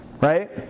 right